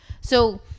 So-